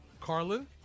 Carlin